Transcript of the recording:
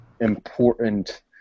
important